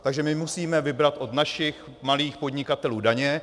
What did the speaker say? Takže my musíme vybrat od našich malých podnikatelů daně.